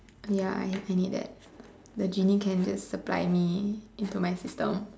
ya I I need that the genie can just supply me into my system